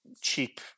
cheap